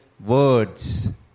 Words